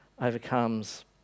overcomes